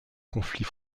conflit